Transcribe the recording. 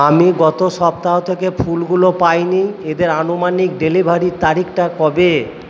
আমি গত সপ্তাহ থেকে ফুলগুলো পাইনি এদের আনুমানিক ডেলিভারির তারিখটা কবে